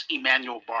Emmanuel